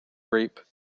reap